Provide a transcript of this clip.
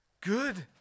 good